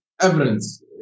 evidence